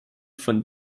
von